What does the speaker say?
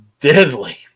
deadly